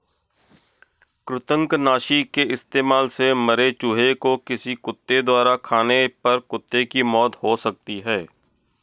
कृतंकनाशी के इस्तेमाल से मरे चूहें को किसी कुत्ते द्वारा खाने पर कुत्ते की मौत हो सकती है